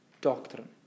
doctrine